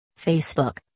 Facebook